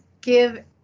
give